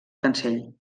cancell